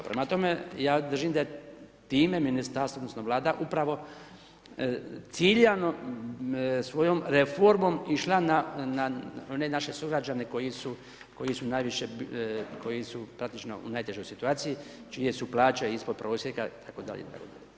Prema tome, ja držim da je time ministarstvo odnosno Vlada upravo ciljano svojom reformom išla na one naše sugrađane koji su najviše, koji su praktično u najtežoj situaciji, čije su plaće ispod prosjeka itd., itd.